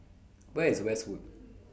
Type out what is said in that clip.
Where IS Westwood